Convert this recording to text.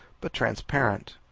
but transparent,